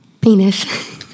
Penis